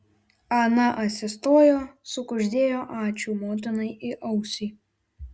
ana atsistojo sukuždėjo ačiū motinai į ausį